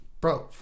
bro